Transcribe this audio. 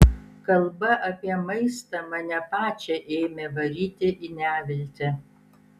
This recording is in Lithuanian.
kalba apie maistą mane pačią ėmė varyti į neviltį